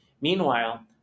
Meanwhile